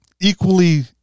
equally